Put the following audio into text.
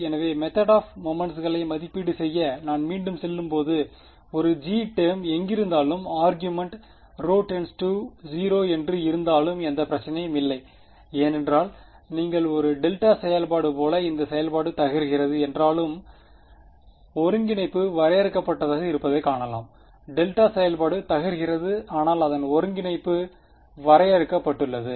எனவே method of மொமெண்ட்ஸ்களை மதிப்பீடு செய்ய நான் மீண்டும் செல்லும்போது ஒரு g டேர்ம் எங்கிருந்தாலும் ஆர்க்கியூமென்ட் ρ → 0 என்று இருந்தாலும் எந்த பிரச்சனையும் இல்லை ஏனென்றால் நீங்கள் ஒரு டெல்டா செயல்பாடு போல இந்த செயல்பாடு தகர்கிறது என்றாலும் ஒருங்கிணைப்பு வரையறுக்கப்பட்டதாக இருப்பதைக் காணலாம் டெல்டா செயல்பாடு தகர்கிறது ஆனால் அதன் ஒருங்கிணைப்பு வரையறுக்கப்பட்டுள்ளது